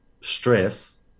stress